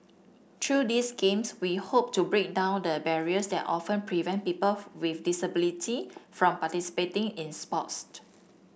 through these games we hope to break down the barriers that often prevent people with disability from participating in